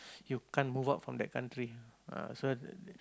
you can't move out from that country ah so